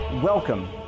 Welcome